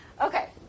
Okay